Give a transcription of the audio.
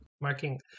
marking